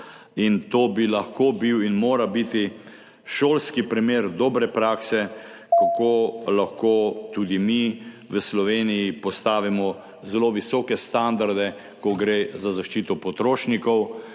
in to bi lahko bil in mora biti šolski primer dobre prakse, kako lahko tudi mi v Sloveniji postavimo zelo visoke standarde, ko gre za zaščito potrošnikov.